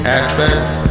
aspects